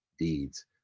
deeds